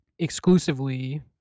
exclusively